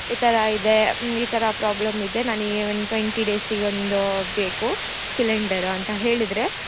ಈ ಥರ ಇದೆ ಈ ಥರ ಪ್ರಾಬ್ಲಮ್ ಇದೆ ನನಗೆ ಒಂದು ಟ್ವೆಂಟಿ ಡೇಸಿಗೆ ಒಂದು ಬೇಕು ಸಿಲಿಂಡರು ಅಂತ ಹೇಳಿದರೆ